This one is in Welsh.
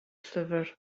llyfr